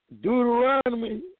Deuteronomy